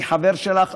אני חבר שלך,